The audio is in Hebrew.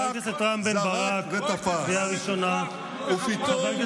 אל תקרא את ההוצאה שלי, אני יוצא לבד.